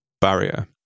barrier